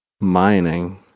Mining